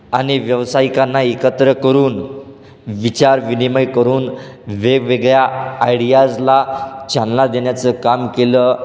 आणि व्यावसायिकांना एकत्र करून विचारविनिमय करून वेगवेगळ्या आयडियाजला चालना देण्याचं काम केलं